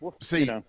see